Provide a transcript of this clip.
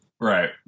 Right